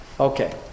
Okay